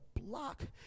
block